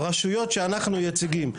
ברשויות שאנחנו יציגים,